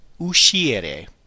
uscire